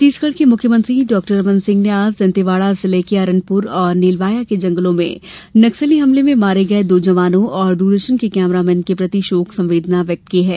छत्तीसगढ़ के मुख्यमंत्री डाक्टर रमन सिंह ने आज दंतेवाड़ा जिले के अरनपुर और नीलवाया के जंगलों में नक्सली हमले में मारे गये दो जवानों और दूरदर्शन के कैमरामैन के प्रति शोक संवेदना व्यक्त की है